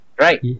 right